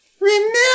Remember